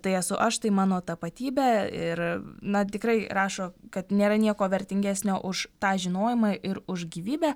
tai esu aš tai mano tapatybė ir na tikrai rašo kad nėra nieko vertingesnio už tą žinojimą ir už gyvybę